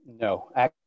No